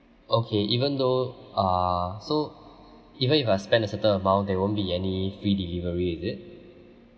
okay even though uh so even if I spend a certain amount there won't be any free delivery is it